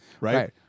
right